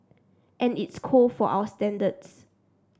and it's cold for our standards